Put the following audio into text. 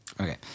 Okay